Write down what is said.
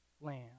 lamb